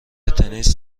تنیس